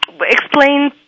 explain